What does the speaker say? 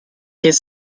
his